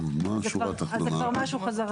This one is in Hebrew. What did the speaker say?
אז זה כבר משהו חזרתי.